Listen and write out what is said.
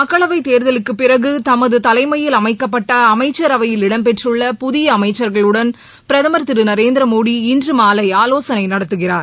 மக்களவைத்தேர்தலுக்கு பிறகு தமது தலைமையில் அமைக்கப்பட்ட அமைச்சரவையில் இடம்பெற்றுள்ள புதிய அமைச்சர்களுடன் பிரதமர் திரு நரேந்திரமோடி இன்று மாலை ஆவோசனை நடத்துகிறார்